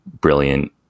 brilliant